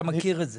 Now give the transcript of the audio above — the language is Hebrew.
אתה מכיר את זה.